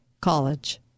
College